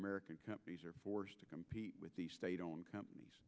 american companies are forced to compete with the state owned companies